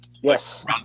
Yes